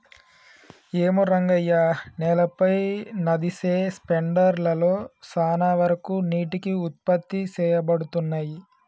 ఏమో రంగయ్య నేలపై నదిసె స్పెండర్ లలో సాన వరకు నీటికి ఉత్పత్తి సేయబడతున్నయి